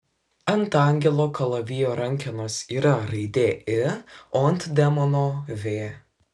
ant angelo kalavijo rankenos yra raidė i o ant demono v